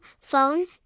phone